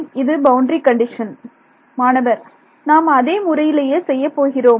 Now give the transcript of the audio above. இது boundary condition மாணவர் நாம் அதே முறையிலேயே செய்யப்போகிறோமா